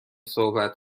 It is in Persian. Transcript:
صحبت